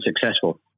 successful